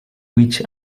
which